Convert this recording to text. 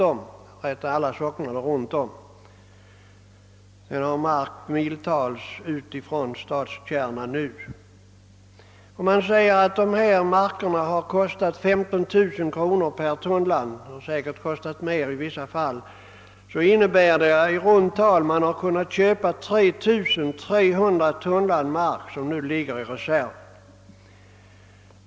Om denna mark har kostat 15 000 kronor per tunnland — den har säkert kostat mer i vissa fall — innebär det att staden kunnat köpa i runt tal 3300 tunnland mark som nu ligger i reserv.